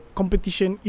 competition